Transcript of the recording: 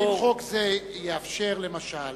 האם חוק זה יאפשר למשל